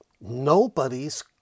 nobody's